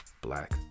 black